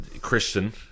Christian